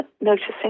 noticing